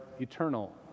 eternal